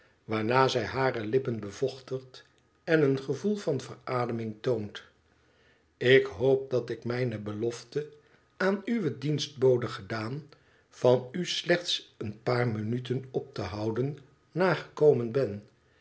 waarna zij hare lippen bevochtigt en een gevoel van verademing toont lik hoop dat ik mijne belofte aan uwe dienstbode gedaan vanu slechts een paar minuten op te houden nagekomen ben